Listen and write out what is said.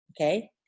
Okay